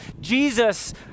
Jesus